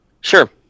Sure